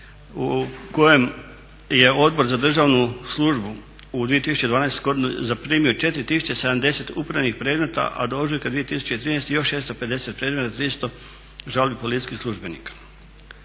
u kojem je Odbor za državnu službu u 2012. godini zaprimio 4070 upravnih predmeta, a do ožujka 2013. još 650 predmeta, 300 žalbi policijskih službenika.